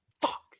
Fuck